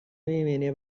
ایمنی